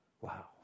Wow